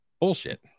Bullshit